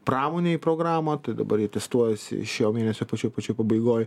pramonei programą tai dabar jie testuosi šio mėnesio pačioj pačioj pabaigoj